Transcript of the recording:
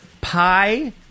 pi